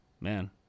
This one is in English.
Man